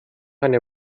eine